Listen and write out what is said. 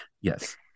yes